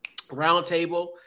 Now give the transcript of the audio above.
roundtable